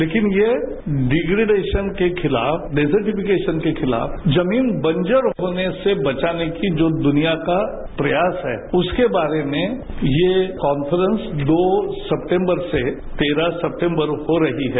लेकिन ये डिग्रीडेशन के खिलाफ जमीन बंजर होने से बचाने की जो दुनिया का प्रयास है उसके बारे में यह कांफ्रेंस दो सेप्टेम्बनर से तेरह सेप्टे म्बरर हो रही है